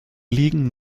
liegen